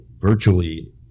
virtually